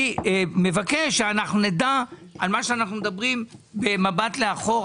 אני מבקש שאנחנו נדע על מה שאנחנו מדברים במבט לאחור.